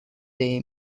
day